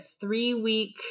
three-week